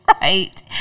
right